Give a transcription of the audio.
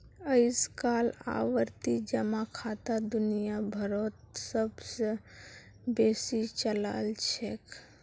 अइजकाल आवर्ती जमा खाता दुनिया भरोत सब स बेसी चलाल छेक